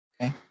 Okay